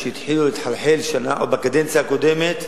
שהתחילו לחלחל בקדנציה הקודמת,